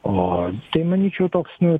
o tai manyčiau toks na